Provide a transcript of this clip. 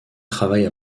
travaille